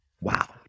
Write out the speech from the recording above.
Wow